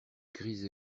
gris